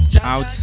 out